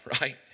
right